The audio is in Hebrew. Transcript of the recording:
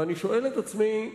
ואני שואל את עצמי,